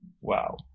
Wow